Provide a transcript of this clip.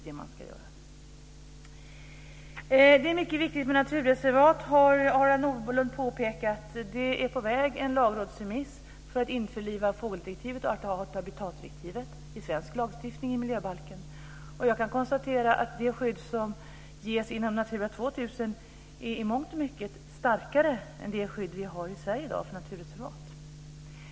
Det är mycket viktigt med naturreservat har Harald Nordlund påpekat. En lagrådsremiss är på väg för att införliva fågeldirektivet och art och habitatdirektivet i svensk lagstiftning, i miljöbalken. Jag kan konstatera att det skydd som ges inom Natura 2000 i mångt och mycket är starkare än det skydd som vi har i Sverige för naturreservat.